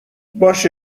باشه